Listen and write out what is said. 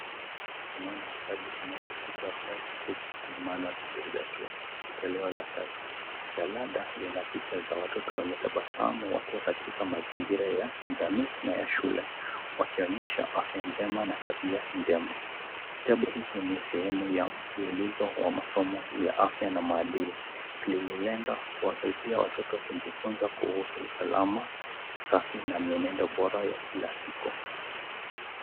Tunaona kitabu kinachoitwa Health Safety and Manners Reader Two toleo la tatu. Jalada lina picha za watoto wenye tabasamu wakiwa katika mazingira ya kijamii na ya shule, wakionyesha afya njema na tabia njema. Kitabu hiki ni sehemu ya mfululizo wa masomo ya afya na maadili. Kinalenga kuwasaidia watoto kujifunza kuhusu usalama, usafi na mienendo bora ya kila siku.